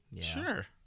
Sure